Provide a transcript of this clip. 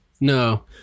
No